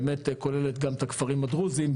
באמת כוללת גם את הכפרים הדרוזיים,